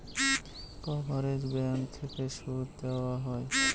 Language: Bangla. কভারেজ ব্যাঙ্ক থেকে সুদ দেওয়া হয়